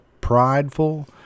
prideful